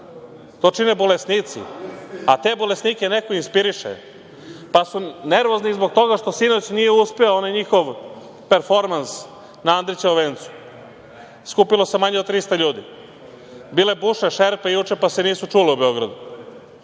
To čine bolesnici, a te bolesnike neko inspiriše. Nervozni su zbog toga što sinoć nije uspeo onaj njihov performans na Andrićevom vencu. Skupilo se manje od 300 ljudi. Bile bušne šerpe juče, pa se nisu čule u Beogradu.